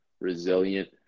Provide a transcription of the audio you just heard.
resilient